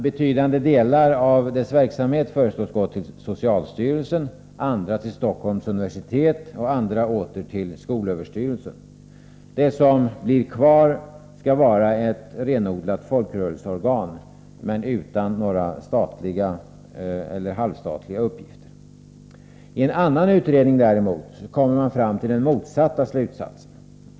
Betydande delar av dess verksamhet föreslås gå till socialstyrelsen, andra till Stockholms universitet och åter andra till skolöverstyrelsen. Det som blir kvar skall vara ett renodlat folkrörelseorgan, utan några statliga eller halvstatliga uppgifter. I en annan utredning kommer man däremot fram till den motsatta slutsatsen.